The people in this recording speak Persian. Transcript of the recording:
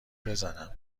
بزنماینا